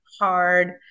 hard